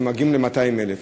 שמגיעות ל-200,000,